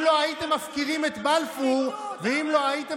אם לא הייתם מפקירים את בלפור ואם לא הייתם